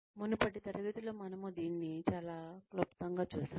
మునుపటి తరగతిలో మనము దీన్ని చాలా క్లుప్తంగా చూసాము